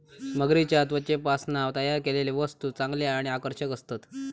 मगरीच्या त्वचेपासना तयार केलेले वस्तु चांगले आणि आकर्षक असतत